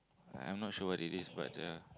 I'm not sure what it is but uh